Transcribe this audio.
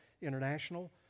international